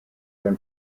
than